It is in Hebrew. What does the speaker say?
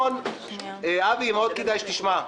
אבי, מאוד כדאי שתשמע.